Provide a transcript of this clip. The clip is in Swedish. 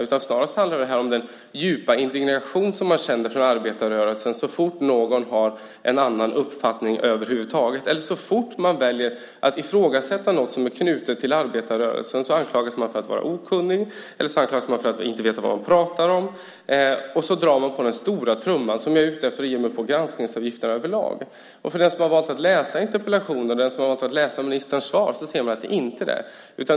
Detta handlar snarast om den djupa indignation som arbetarrörelsen känner så fort någon har en annan uppfattning över huvud taget. Så fort man väljer att ifrågasätta något som är knutet till arbetarrörelsen anklagas man för att vara okunnig och inte veta vad man pratar om. Sedan slår man på den stora trumman som om jag är ute efter att ge mig på granskningsavgifterna över lag. Den som har valt att läsa interpellationen och ministerns svar kan se att det inte är så.